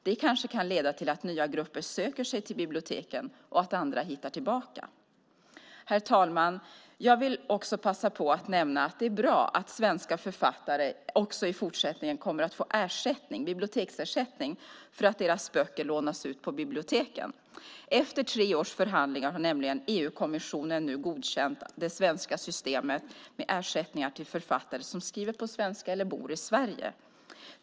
Det kanske kan leda till att nya grupper söker sig till biblioteken och att andra hittar tillbaka. Herr talman! Jag vill också passa på att nämna att det är bra att svenska författare också i fortsättningen kommer att få biblioteksersättning för att deras böcker lånas ut på biblioteken. Efter tre års förhandlingar har nämligen EU-kommissionen nu godkänt det svenska systemet med ersättningar till författare som skriver på svenska eller bor i Sverige.